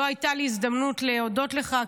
לא הייתה לי הזדמנות להודות לך,